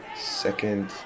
second